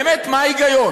באמת, מה ההיגיון?